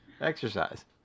Exercise